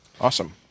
Awesome